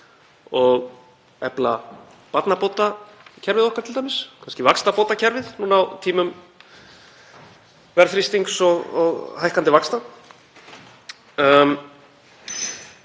og efla barnabótakerfið okkar, kannski vaxtabótakerfið nú á tímum verðþrýstings og hækkandi vaxta.